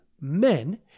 men